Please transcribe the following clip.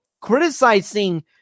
criticizing